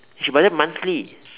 you should budget monthly